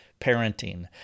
parenting